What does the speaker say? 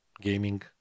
gaming